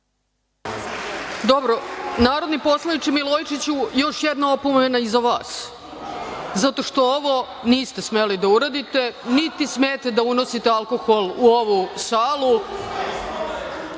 Narodni poslaniče Milojičiću, još jedna opomena i za vas zato što ovo niste smeli da uradite, niti smete da unosite alkohol u ovu salu. Ako